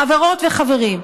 חברות וחברים,